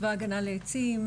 צבא הגנה לעצים,